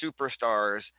Superstars